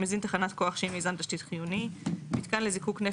מזין תחנת כוח שהיא מיזם תשתית חיוני מיתקן לזיקוק נפט,